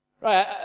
right